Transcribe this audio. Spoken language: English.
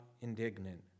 indignant